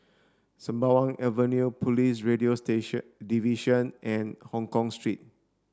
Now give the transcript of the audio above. Sembawang Avenue Police Radio station Division and Hongkong Street